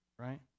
right